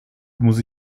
muss